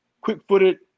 quick-footed